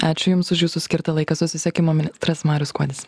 ačiū jums už jūsų skirtą laiką susisiekimo ministras marius skuodis